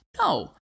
No